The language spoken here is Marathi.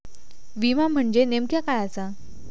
विमा म्हणजे नेमक्या काय आसा?